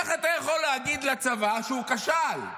איך אתה יכול להגיד לצבא שהוא כשל,